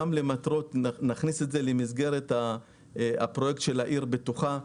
גם נכניס את זה למסגרת הפרויקט "עיר בטוחה",